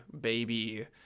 baby